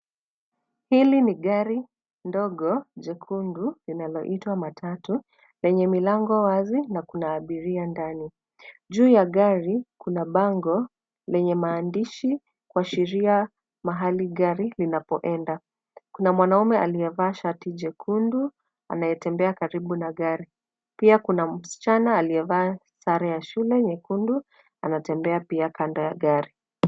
Hili ni gari ndogo jekundu linaloitwa matatu lenye milango wazi na kuna abiria ndani. Juu ya gari kuna bango lenye maandishi kuashiria mahali gari linapoenda na mwanaume aliyevaa shati jekundu anayetembea karibu na gari pia kuna msichana aliyevaa sare ya shule nyekundu anatembea pia kando ya gari.